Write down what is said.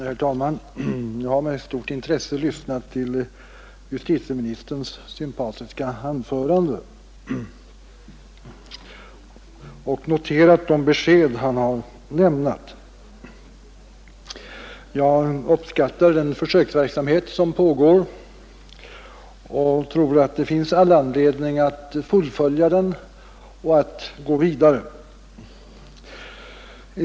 Herr talman! Jag har med stort intresse lyssnat till justitieministerns sympatiska anförande och noterat de besked han har lämnat. Jag uppskattar den försöksverksamhet som pågår och tror att det finns all anledning att fullfölja den.